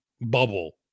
bubble